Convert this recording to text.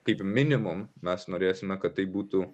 kaip minimum mes norėsime kad tai būtų